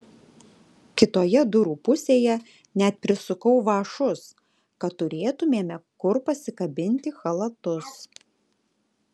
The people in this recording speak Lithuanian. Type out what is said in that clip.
kitoje durų pusėje net prisukau vąšus kad turėtumėme kur pasikabinti chalatus